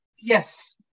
yes